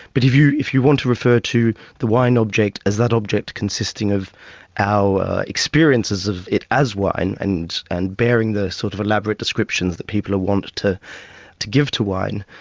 but if you if you want to refer to the wine object as that object consisting of our experiences of it as wine, and and bearing the sort of elaborate descriptions that people are wont to to give to wine,